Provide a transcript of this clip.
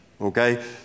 okay